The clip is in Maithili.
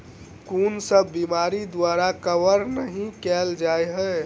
कुन सब बीमारि द्वारा कवर नहि केल जाय है?